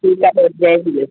ठीकु आहे पोइ जय झूले